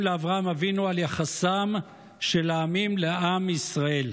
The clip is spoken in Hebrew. לאברהם אבינו על יחסם של העמים לעם ישראל: